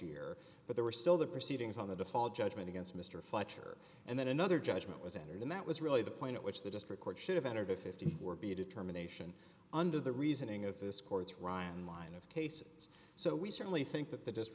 year but there were still the proceedings on the default judgment against mr fletcher and then another judgment was entered and that was really the point at which the district court should have entered a fifty four b determination under the reasoning of this court's ryan line of cases so we certainly think that the